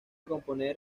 componer